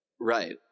right